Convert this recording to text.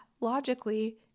logically